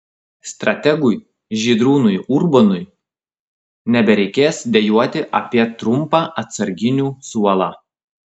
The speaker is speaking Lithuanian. strategui žydrūnui urbonui nebereikės dejuoti apie trumpą atsarginių suolą